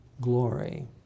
glory